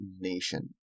nation